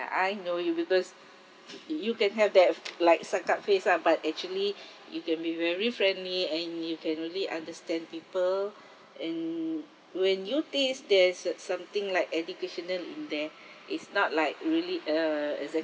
I know you because you can have that like suck-up face lah but actually you can be very friendly and you can really understand people and when you tease there's uh something like educational in there it's not like really uh exactly